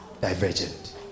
Divergent